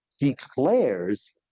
declares